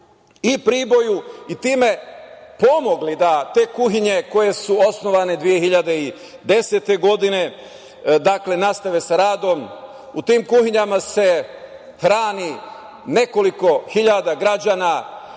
i Priboju i time pomogli da te kuhinje koje su osnovane 2010. godine nastave sa radom. U tim kuhinjama se hrani nekoliko hiljada građana.